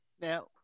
Now